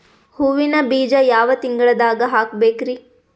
ಹೂವಿನ ಬೀಜ ಯಾವ ತಿಂಗಳ್ದಾಗ್ ಹಾಕ್ಬೇಕರಿ?